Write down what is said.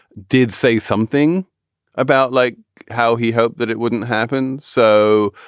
did say something about like how he hoped that it wouldn't happen. so.